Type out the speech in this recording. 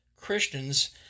Christians